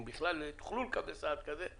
אם בכלל תוכלו לקבל סעד כזה,